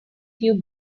few